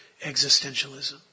existentialism